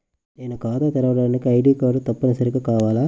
నేను ఖాతా తెరవడానికి ఐ.డీ కార్డు తప్పనిసారిగా కావాలా?